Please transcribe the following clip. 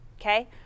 Okay